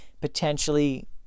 potentially